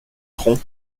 front